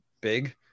big